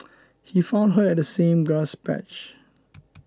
he found her at the same grass patch